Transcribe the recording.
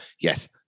yes